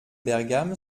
bergam